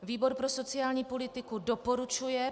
Výbor pro sociální politiku doporučuje